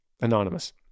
anonymous